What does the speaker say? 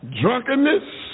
Drunkenness